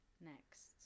Next